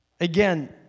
Again